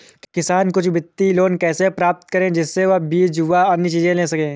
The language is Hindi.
किसान कुछ वित्तीय लोन कैसे प्राप्त करें जिससे वह बीज व अन्य चीज ले सके?